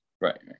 Right